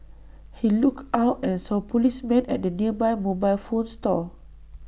he looked out and saw policemen at the nearby mobile phone store